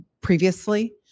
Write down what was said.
previously